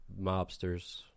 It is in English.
mobsters